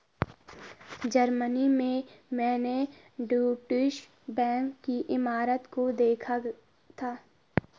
Germany में मैंने Deutsche Bank की इमारत को देखा था